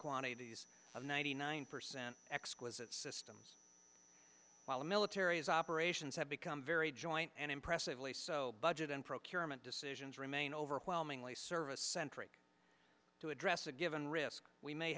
quantities of ninety nine percent exquisite systems while the military operations have become very joint and impressively so budget and procurement decisions remain overwhelmingly service centric to address a given risk we may